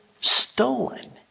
stolen